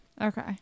Okay